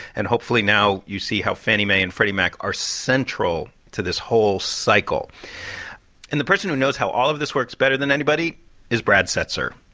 and hopefully, now you see how fannie mae and freddie mac are central to this whole cycle and the person who knows how all of this works better than anybody is brad setser.